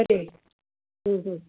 हम्म हम्म हम्म